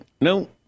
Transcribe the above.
no